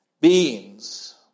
beings